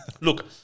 Look